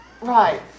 Right